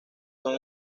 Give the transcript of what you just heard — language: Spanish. son